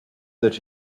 that